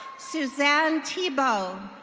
suzanne tebow.